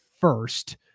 first